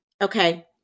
Okay